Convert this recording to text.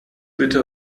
bitte